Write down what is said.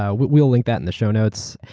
yeah we'll we'll link that in the show notes.